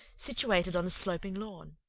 situated on a sloping lawn.